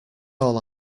all